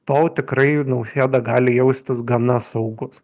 tol tikrai nausėda gali jaustis gana saugus